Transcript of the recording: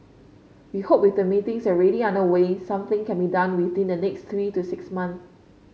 we hope with the meetings already underway something can be done within the next three to six month